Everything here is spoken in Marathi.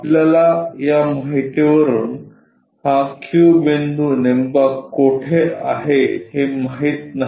आपल्याला या माहितीवरून हा Q बिंदू नेमका कोठे आहे हे माहित नाही